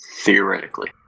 Theoretically